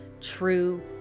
true